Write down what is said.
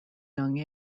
young